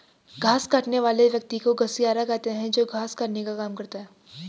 घास काटने वाले व्यक्ति को घसियारा कहते हैं जो घास काटने का काम करता है